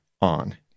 on